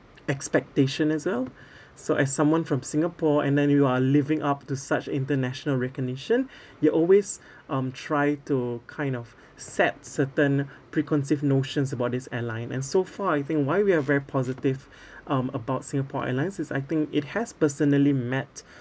expectation as well so as someone from singapore and then you are living up to such international recognition you always um try to kind of set certain preconceived notions about this airline and so far I think why we are very positive um about Singapore Airlines is I think it has personally met